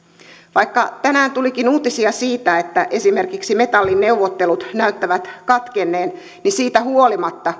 vaikka tänään tulikin uutisia siitä että esimerkiksi metallin neuvottelut näyttävät katkenneen kannattaa siitä huolimatta